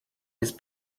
his